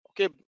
okay